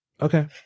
Okay